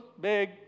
big